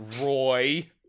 roy